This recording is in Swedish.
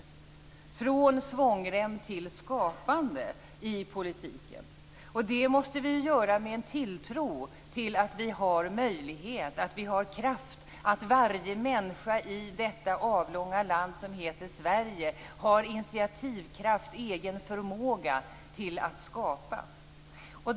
Vi skall gå från svångrem till skapande i politiken. Det måste vi göra med en tilltro till att vi har möjlighet och kraft och till att varje människa i detta avlånga land som heter Sverige har intiativkraft och egen förmåga till att skapa.